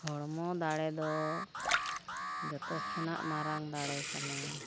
ᱦᱚᱲᱢᱚ ᱫᱟᱲᱮ ᱫᱚ ᱡᱚᱛᱚ ᱠᱷᱚᱱᱟᱜ ᱢᱟᱨᱟᱝ ᱫᱟᱲᱮ ᱠᱟᱱᱟ